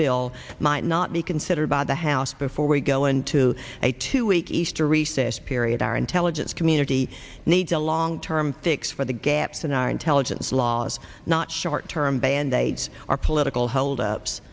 bill might not be considered by the house before we go into a two week easter recess period our intelligence community needs a long term fix for the gaps in our intelligence laws not short term band aids are political hold ups